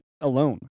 alone